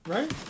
Right